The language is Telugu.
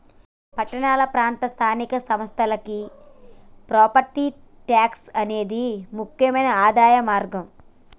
మరి పట్టణ ప్రాంత స్థానిక సంస్థలకి ప్రాపట్టి ట్యాక్స్ అనేది ముక్యమైన ఆదాయ మార్గం